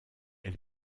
elle